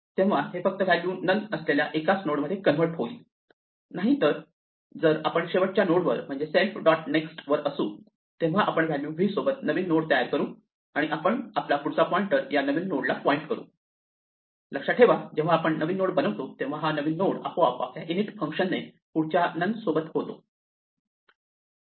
तेव्हा हे फक्त व्हॅल्यू नन असलेल्या एकाच नोड मध्ये कन्व्हर्ट होईल नाहीतर जर आपण शेवटच्या नोडवर म्हणजेच सेल्फ डॉट नेक्स्ट वर असू तेव्हा आपण व्हॅल्यू v सोबत नवीन नोड तयार करू आणि आपण आपला पुढचा पॉइंटर या नवीन नोडला पॉईंट करू लक्षात ठेवा जेव्हा आपण नवीन नोड बनवतो तेव्हा हा नवीन नोड आपोआप आपल्या इन इट फंक्शन ने पुढच्या नन सोबत तयार होतो